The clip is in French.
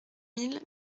mille